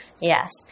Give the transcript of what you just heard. Yes